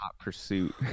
Pursuit